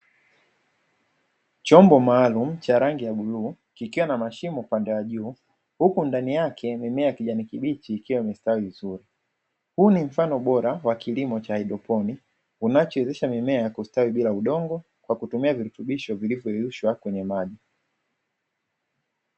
Chombo maalumu cha rangi ya bluu kikiwa na mashimo upande wa juu huku ndani yake mimea ya kijani kibichi ikiwa imestawi vizuri. Huu ni mfano bora wa kilimo cha haidroponi, unachowezesha mimea kustawi bila udongo, kwa kutumia virutubisho vilivyoyeyushwa kwenye maji.